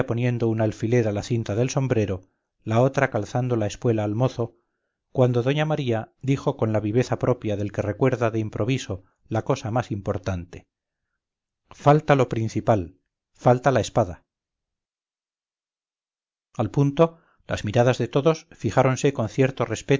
poniendo un alfiler a la cinta del sombrero la otra calzando la espuela al mozo cuando doña maría dijo con la viveza propia del que recuerda de improviso la cosa más importante falta lo principal falta la espada al punto las miradas de todos fijáronse con cierto